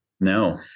No